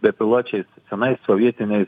bepiločiais senais sovietiniais